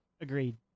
Agreed